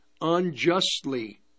unjustly